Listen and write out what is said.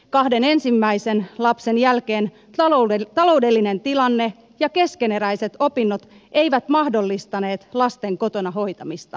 kahden ensimmäisen lapsen jälkeen taloudellinen tilanne ja keskeneräiset opinnot eivät mahdollistaneet lasten kotona hoitamista